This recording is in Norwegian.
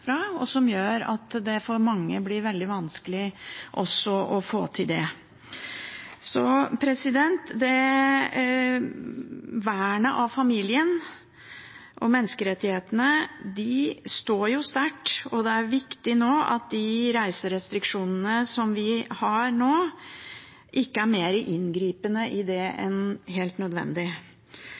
fra, noe som gjør at det for mange også blir veldig vanskelig å få det til. Vernet av familien og menneskerettighetene står sterkt, og det er viktig at de reiserestriksjonene vi nå har, ikke er mer inngripende i det enn helt nødvendig.